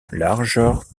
largeur